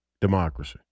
democracy